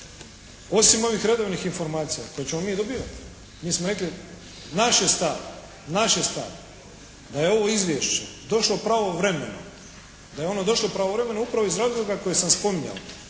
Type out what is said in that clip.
osim ovih redovnih informacija koje ćemo mi dobivati. Mi smo rekli, naš je stav da je ovo izvješće došlo pravovremeno upravo iz razloga koje sam spominjao